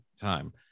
time